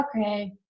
okay